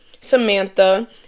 Samantha